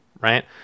right